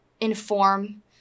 inform